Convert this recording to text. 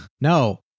No